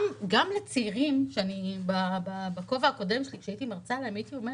גם לצעירים הייתי אומרת: